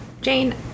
Jane